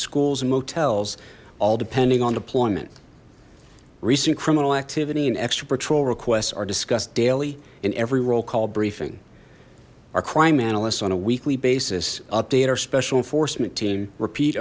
schools and motels all depending on deployment recent criminal activity and extra patrol requests are discussed daily in every roll call briefing our crime analysts on a weekly basis update our special enforcement team repeat